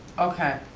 okay,